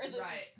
Right